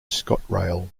scotrail